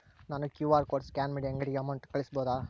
ನಾನು QR code scan ಮಾಡಿ ಅಂಗಡಿಗೆ ಅಮೌಂಟ್ ಕಳಿಸಬಹುದಾ?